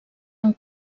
han